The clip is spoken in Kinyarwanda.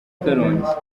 karongi